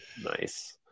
nice